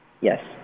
Yes